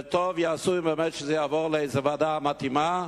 וטוב יעשו אם זה יעבור לוועדה מתאימה.